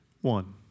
One